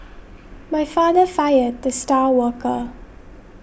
my father fired the star worker